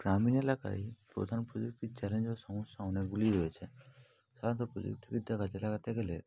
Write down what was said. গ্রামীণ এলাকায় প্রধান প্রযুক্তির চ্যালেঞ্জ ও সমস্যা অনেকগুলিই রয়েছে সাধারণত প্রযুক্তিবিদ্যা কাজে লাগাতে গেলে